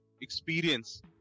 experience